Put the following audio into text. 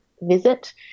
visit